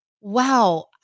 Wow